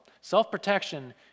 Self-protection